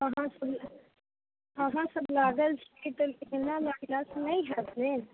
अहाँ सब अहाँ सब लागल छी तऽ एना लागलासँ नहि हैत ने